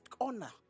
honor